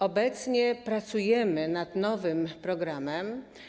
Obecnie pracujemy nad nowym programem.